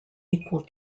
equal